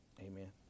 Amen